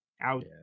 out